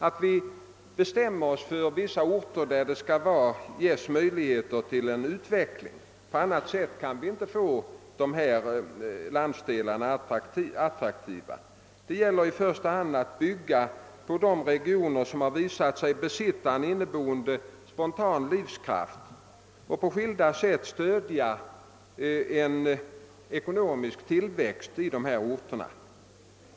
Vi måste bestämma oss för att vissa orter skall ges möjlighet till utveckling; på annat sätt kan man inte få landsdelarna attraktiva. Det gäller att i första hand bygga i de regioner som visat sig besitta en inneboende, spontan livskraft och stödja en ekonomisk tillväxt i dessa orter.